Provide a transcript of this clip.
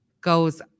goes